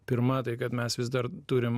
pirma tai kad mes vis dar turim